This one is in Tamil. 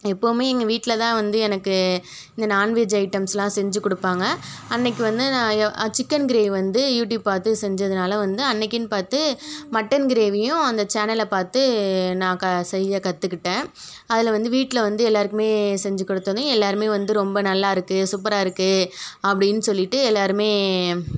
எப்போவுமே எங்கள் வீட்டில் தான் வந்து எனக்கு இந்த நான்வெஜ் ஐட்டம்ஸெலாம் செஞ்சு கொடுப்பாங்க அன்னிக்கு வந்து நான் சிக்கன் கிரேவி வந்து யூட்யூப் பார்த்து செஞ்சதுனால் வந்து அன்னிக்குன்னு பார்த்து மட்டன் கிரேவியும் அந்த சேனலில் பார்த்து நான் க செய்ய கற்றுக்கிட்டேன் அதில் வந்து வீட்டில் வந்து எல்லாேருக்குமே செஞ்சு கொடுத்தோன்னே எல்லாேருமே வந்து ரொம்ப நல்லாயிருக்கு சூப்பராக இருக்குது அப்படின்னு சொல்லிட்டு எல்லாேருமே